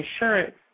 insurance